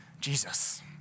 Jesus